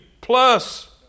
plus